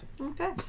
Okay